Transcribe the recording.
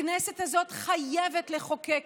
הכנסת הזאת חייבת לחוקק